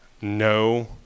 no